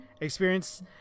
experience